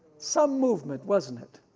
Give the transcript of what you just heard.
some movement wasn't it.